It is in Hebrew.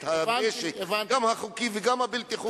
את הנשק, גם החוקי וגם הבלתי-חוקי.